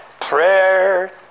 prayer